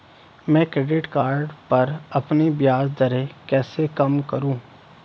मैं credit card पर अपनी ब्याज दरें कैसे कम करूँ?